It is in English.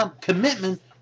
commitment